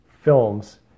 films